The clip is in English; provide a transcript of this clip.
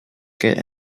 gate